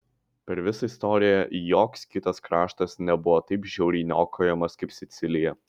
per visą istoriją joks kitas kraštas nebuvo taip žiauriai niokojamas kaip sicilija